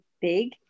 big